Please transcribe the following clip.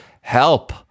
Help